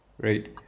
right